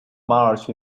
march